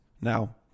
Now